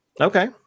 Okay